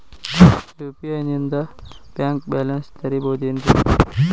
UPI ನಿಂದ bank balance ತಿಳಿಬಹುದೇನ್ರಿ?